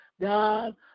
god